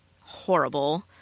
horrible